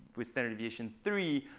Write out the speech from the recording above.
with standard deviation three.